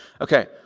Okay